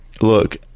look